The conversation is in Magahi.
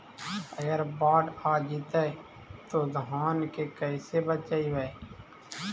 अगर बाढ़ आ जितै तो धान के कैसे बचइबै?